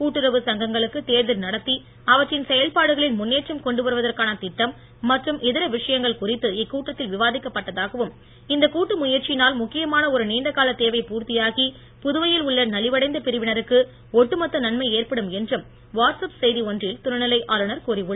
கூட்டுறவு சங்கங்களுக்கு தேர்தல் நடத்தி அவற்றின் செயல்பாடுகளில் முன்னேற்றம் கொண்டு வருவதற்கான திட்டம் மற்றும் இதர விஷயங்கள் குறித்து இக்கூட்டத்தில் விவாதிக்கப்பட்டதாகவும் இந்தக் கூட்டு முயற்சியினால் முக்கியமான ஒரு நீண்டகால தேவை பூர்த்தியாகி புதுவையில் உள்ள நலிவடைந்த பிரிவினருக்கு ஒட்டு மொத்த நன்மை ஏற்படும் என்றும் வாட்ஸ் அப் செய்தி ஒன்றில் துணை நிலை ஆளுநர் கூறி உள்ளார்